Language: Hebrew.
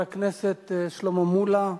חבר הכנסת שלמה מולה מקדימה.